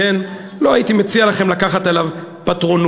לא הייתי מציע לכם לקחת עליו פטרונות.